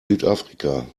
südafrika